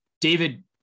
David